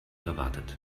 erwartet